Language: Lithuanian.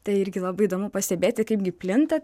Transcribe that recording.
tai irgi labai įdomu pastebėti kaip gi plinta